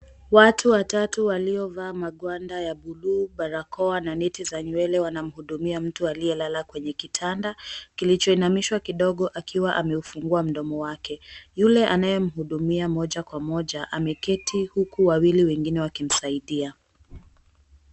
Watu watatu waliovaa magwanda ya blue , barakoa na neti za nywele wanamhudumia mtu aliyelala kwenye kitanda kilicho inamishwa kidogo akiwa amefungua mdomo wake. Yule anayemuhudumia moja kwa moja ameketi huku wawili wengine wakimsaidia.